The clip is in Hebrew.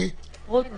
מייצג לרוב נבחנים,